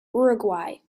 uruguay